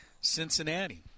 Cincinnati